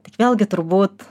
tik vėlgi turbūt